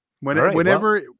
Whenever